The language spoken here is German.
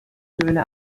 töne